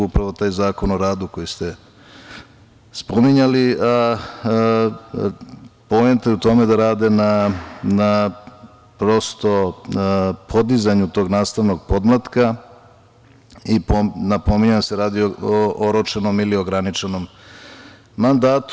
Upravo taj Zakon o radu koji ste spominjali, poenta je u tome da rade na podizanju tog nastavnog podmlatka i napominjem da se radi o oročenom ili ograničenom mandatu.